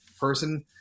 person